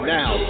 now